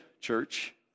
church